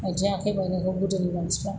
आथिं आखाइ बायनायखौ गोदोनि मानसिफ्रा